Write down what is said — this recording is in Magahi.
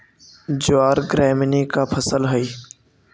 ज्वार ग्रैमीनी का फसल हई